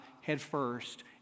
headfirst